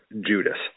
Judas